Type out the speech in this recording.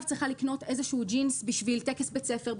צריכה לקנות איזשהו ג'ינס בשביל טקס בית ספר,